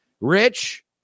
Rich